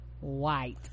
white